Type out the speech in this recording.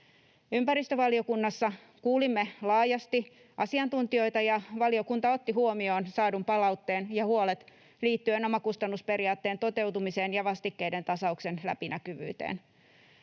Ympäristövaliokunnassa kuulimme laajasti asiantuntijoita, ja valiokunta otti huomioon saadun palautteen ja huolet liittyen omakustannusperiaatteen toteutumiseen ja vastikkeiden tasauksen läpinäkyvyyteen.